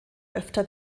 öfter